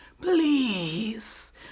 Please